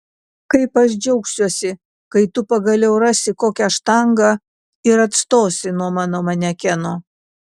kaip aš džiaugsiuosi kai tu pagaliau rasi kokią štangą ir atstosi nuo mano manekeno